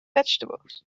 vegetables